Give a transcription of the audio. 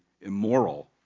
immoral